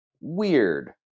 weird